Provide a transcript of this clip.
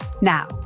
Now